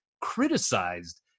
criticized